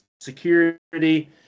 security